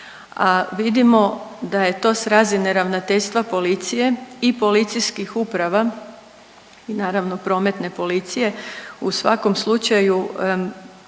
vidimo da je to s razine Ravnateljstva policije i policijskih uprava i naravno prometne policije, u svakom slučaju